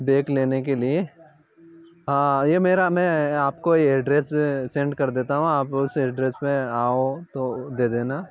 back लेने के लिए हाँ ये मेरा मैं आपको ये एड्रैस सेंड कर देता हूँ आप उस एड्रैस पर आओ तो दे देना